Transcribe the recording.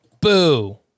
Boo